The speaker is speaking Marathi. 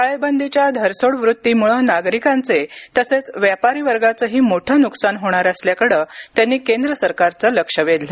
टाळेबंदीच्या धरसोड व्त्तीमुळं नागरिकांचे तसेच व्यापारी वर्गाचंही मोठं न्कसान होणार असल्याकडे त्यांनी केंद्र सरकारचं लक्ष वेधलं